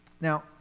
Now